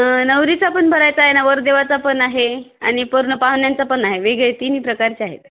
नवरीचा पण भरायचा आहे नवरदेवाचा पण आहे आणि पूर्ण पाहुण्यांचा पण आहे वेगळे तिन्ही प्रकारचे आहेत